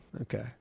Okay